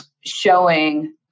showing